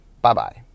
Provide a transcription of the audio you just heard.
Bye-bye